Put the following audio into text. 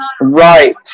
Right